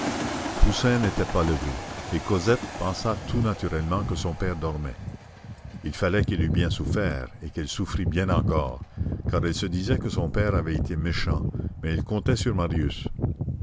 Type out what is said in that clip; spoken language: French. toussaint n'était pas levée et cosette pensa tout naturellement que son père dormait il fallait qu'elle eût bien souffert et qu'elle souffrit bien encore car elle se disait que son père avait été méchant mais elle comptait sur marius